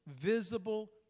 visible